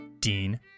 Dean